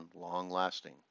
long-lasting